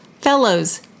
Fellows